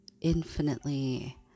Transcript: infinitely